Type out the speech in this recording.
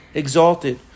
exalted